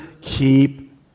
Keep